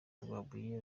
rwabuye